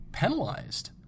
penalized